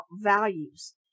values